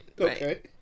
Okay